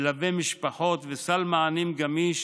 מלווה משפחות, ויש סל מענים גמיש